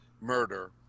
murder